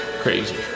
Crazy